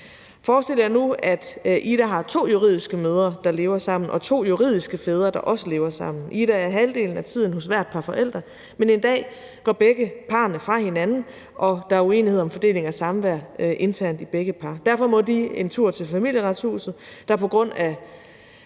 Forestil jer nu, at Ida har to juridiske mødre, der lever sammen, og to juridiske fædre, der også lever sammen. Ida er halvdelen af tiden hos hvert par forældre, men en dag går begge parrene fra hinanden, og der er uenighed om fordelingen af samvær internt i begge par. Derfor må de en tur til Familieretshuset, der på grund af